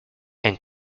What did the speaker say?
and